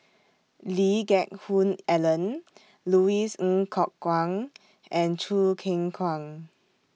Lee Geck Hoon Ellen Louis Ng Kok Kwang and Choo Keng Kwang